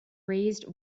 raised